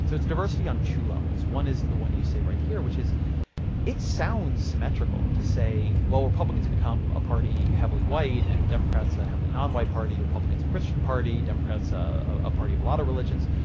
so it's diversity on two levels. one is the one you say right here, which is it sounds symmetrical to say, well, republicans have become a party heavily white and democrats are heavily non-white party. republicans a christian party, democrats a a party of a lot of religions,